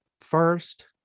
First